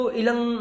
ilang